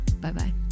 bye-bye